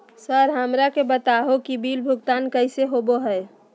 Sir हमरा के बता हो कि बिल भुगतान कैसे होबो है?